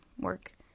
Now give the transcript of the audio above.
work